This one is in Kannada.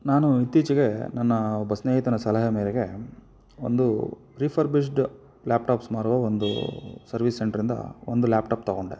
ನಾನು ಇತ್ತೀಚೆಗೆ ನನ್ನ ಒಬ್ಬ ಸ್ನೇಹಿತನ ಸಲಹೆ ಮೇರೆಗೆ ಒಂದು ರಿಫರ್ಬಿಶ್ಡ್ ಲ್ಯಾಪ್ಟಾಪ್ಸ್ ಮಾರುವ ಒಂದು ಸರ್ವೀಸ್ ಸೆಂಟ್ರಿಂದ ಒಂದು ಲ್ಯಾಪ್ಟಾಪ್ ತಗೊಂಡೆ